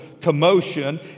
commotion